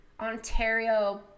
ontario